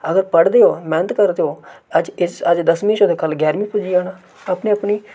अगर पढ़दे ओ मेह्नत करदे ओ ते अज्ज इस दसमीं च ओ ते कल ग्यारमीं पुज्जी जाना अपनी अपनी